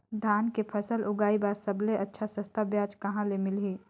धान के फसल उगाई बार सबले अच्छा सस्ता ब्याज कहा ले मिलही?